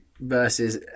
Versus